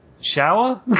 shower